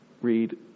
read